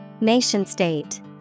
Nation-state